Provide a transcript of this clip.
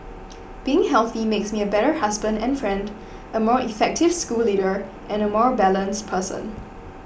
being healthy makes me a better husband and friend a more effective school leader and a more balanced person